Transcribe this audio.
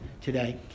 today